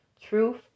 truth